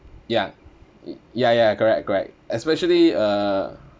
ya ya ya correct correct especially uh